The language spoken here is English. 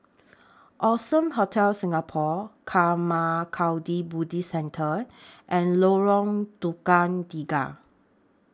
Allson Hotel Singapore Karma Kagyud Buddhist Centre and Lorong Tukang Tiga